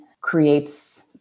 creates